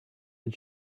did